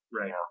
Right